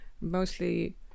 mostly